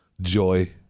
Joy